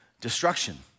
destruction